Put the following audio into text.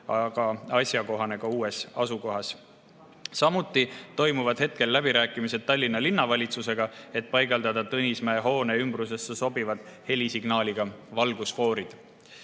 väga asjakohased ka uues asukohas. Samuti toimuvad läbirääkimised Tallinna Linnavalitsusega, et paigaldada Tõnismäe hoone ümbrusesse helisignaaliga valgusfoorid.